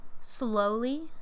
Slowly